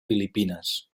filipines